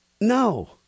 No